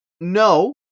No